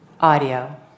audio